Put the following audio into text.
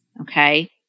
okay